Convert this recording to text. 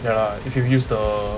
ya if you use the